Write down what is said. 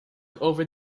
over